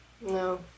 No